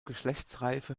geschlechtsreife